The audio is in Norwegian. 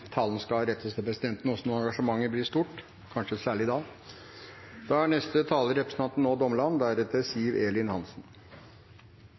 skal rettes til presidenten, også når engasjementet blir stort – kanskje særlig da.